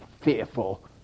fearful